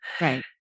Right